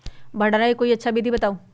भंडारण के कोई अच्छा विधि बताउ?